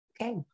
Okay